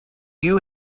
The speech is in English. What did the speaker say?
you